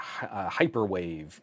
hyperwave